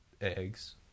eggs